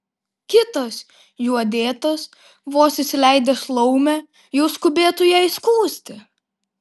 kitas juo dėtas vos įsileidęs laumę jau skubėtų ją įskųsti